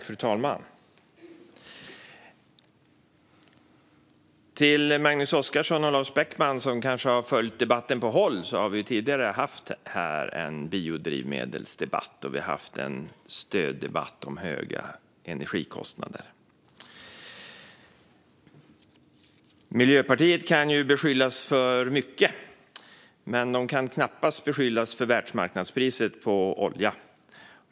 Fru talman! Till Magnus Oscarsson och Lars Beckman, som kanske har följt debatten på håll, vill jag säga att vi tidigare har haft en biodrivmedelsdebatt här. Vi har haft en debatt om stöd och höga energikostnader. Miljöpartiet kan ju beskyllas för mycket, men de kan knappast beskyllas för världsmarknadspriset på olja.